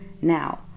Now